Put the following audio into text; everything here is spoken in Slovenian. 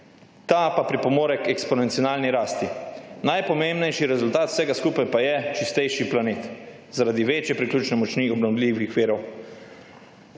Ta pa pripomore k eksponencialni rasti, najpomembnejši rezultat vsega skupaj pa je čistejši planet zaradi večje priključne moči obnovljivih virov.